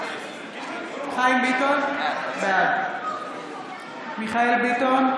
בעד מיכאל מרדכי ביטון,